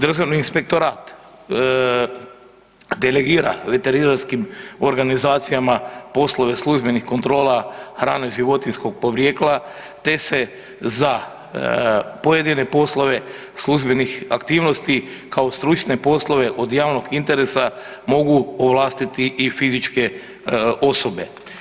Državni inspektorat delegira veterinarskim organizacijama poslove službenih kontrola hrane životinjskog porijekla te se za pojedine poslove službenih aktivnosti kao stručne poslove od javnog interesa, mogu ovlastiti i fizičke osobe.